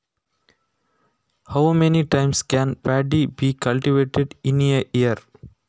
ಒಂದು ವರ್ಷದಲ್ಲಿ ಎಷ್ಟು ಸಲ ಭತ್ತದ ಸಾಗುವಳಿ ಮಾಡಬಹುದು?